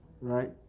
right